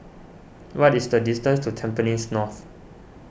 what is the distance to Tampines North